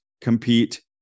compete